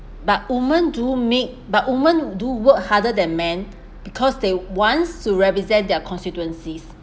but women do make but women do work harder than men because they want to represent their constituencies